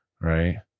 right